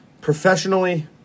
Professionally